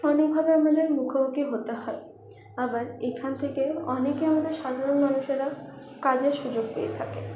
অনেকভাবে আমাদের মুখোমুখি হতে হয় আবার এখান থেকে অনেকে আমাদের সাধারণ মানুষেরা কাজের সুযোগ পেয়ে থাকে